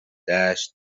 دشت